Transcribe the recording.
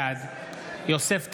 בעד יוסף טייב,